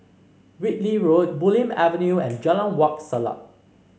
Whitley Road Bulim Avenue and Jalan Wak Selat